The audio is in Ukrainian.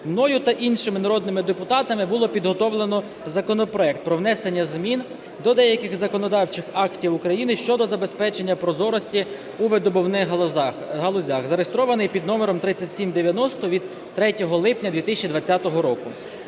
мною та іншими народними депутатами був підготовлений законопроект про внесення змін до деяких законодавчих актів України щодо забезпечення прозорості у видобувних галузях, зареєстрований під номером 3790, від 3 липня 2020 року.